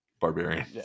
Barbarian